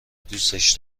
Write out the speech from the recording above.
دوستش